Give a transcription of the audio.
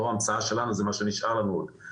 לא המצאה שלנו אלא זה משהו שנשאר מתקופות